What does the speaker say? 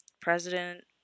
president